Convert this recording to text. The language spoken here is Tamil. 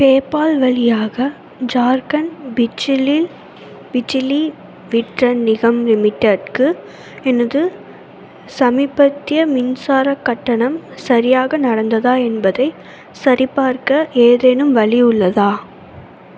பேபால் வழியாக ஜார்க்கண்ட் பிஜ்லில் பிஜ்லி விட்ரன் நிகாம் லிமிடெட்க்கு எனது சமீபத்திய மின்சாரக் கட்டணம் சரியாக நடந்ததா என்பதைச் சரிபார்க்க ஏதேனும் வழி உள்ளதா